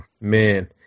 man